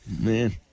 Man